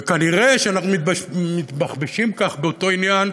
ונראה שאנחנו מתבחבשים כך באותו עניין,